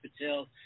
Patel